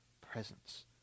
presence